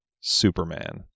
Superman